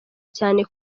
cyane